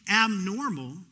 abnormal